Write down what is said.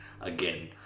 again